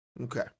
Okay